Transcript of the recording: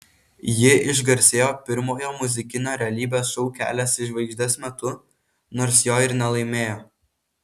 ji išgarsėjo pirmojo muzikinio realybės šou kelias į žvaigždes metu nors jo ir nelaimėjo